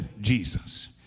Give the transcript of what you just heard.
Jesus